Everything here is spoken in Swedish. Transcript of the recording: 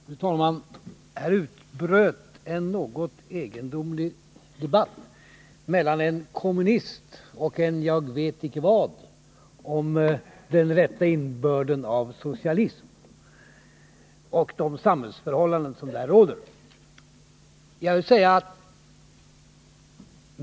Fru talman! Det utbröt en något egendomlig debatt mellan en kommunist och en jag vet inte vad om den rätta innebörden av socialism och om de samhällsförhållanden som råder i socialistiska länder.